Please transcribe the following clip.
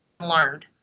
learned